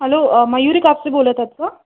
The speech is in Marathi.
हॅलो मयुरी कापसे बोलत आहेत का